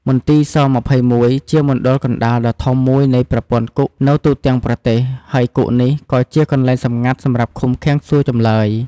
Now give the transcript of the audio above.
មន្ទីរស‑២១ ជាមណ្ឌលកណ្តាលដ៏ធំមួយនៃប្រព័ន្ធគុកនៅទូទាំងប្រទេស ហើយគុកនេះក៏ជាកន្លែងសម្ងាត់សម្រាប់ឃុំឃាំង សួរចម្លើយ។